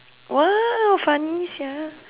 !wow! funny sia